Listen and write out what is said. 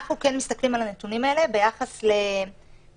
אנחנו מסתכלים על הנתונים האלה ביחס לחרדים.